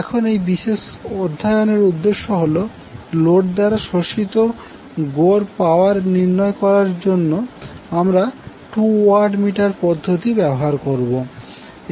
এখন এই বিশেষ অধ্যয়নের উদ্দেশ্য হল লোড দ্বারা শোষিত গড় পাওয়ার নির্ণয় করার জন্য আমরা টু ওয়াট মিটার পদ্ধতি ব্যবহার করবো